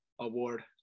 Award